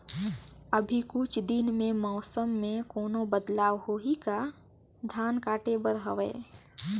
अभी कुछ दिन मे मौसम मे कोनो बदलाव होही का? धान काटे बर हवय?